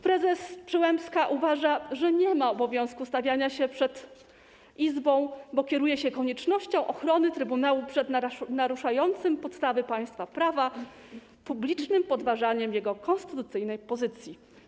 Prezes Przyłębska uważa, że nie ma obowiązku stawiania się przed Izbą, bo kieruje się koniecznością ochrony trybunału przed naruszającym podstawy państwa prawa publicznym podważaniem jego konstytucyjnej pozycji.